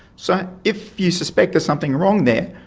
so if you suspect there's something wrong there,